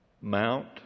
Mount